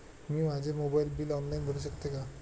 मी माझे mobile bill online भरू शकते का?